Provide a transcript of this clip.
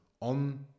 on